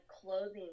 clothing